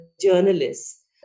journalists